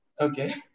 Okay